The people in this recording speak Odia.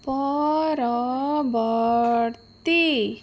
ପରବର୍ତ୍ତୀ